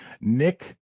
Nick